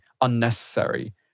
unnecessary